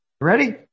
Ready